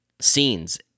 scenes